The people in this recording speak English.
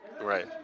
Right